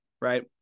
Right